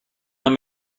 that